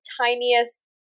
tiniest